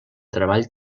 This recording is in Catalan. treball